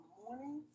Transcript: morning